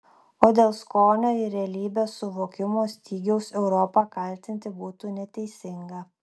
o dėl skonio ir realybės suvokimo stygiaus europą kaltinti būtų neteisinga